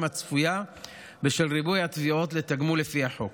הצפויה בשל ריבוי התביעות לתגמול לפי החוק